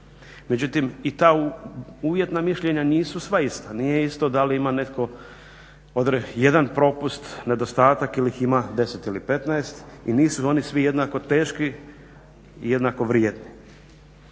Međutim, i ta uvjetna mišljenja nisu sva ista. Nije isto da li ima netko 1 propust, nedostatak ili ih ima 10 ili 15 i nisu oni svi jednako teški i jednako vrijedni.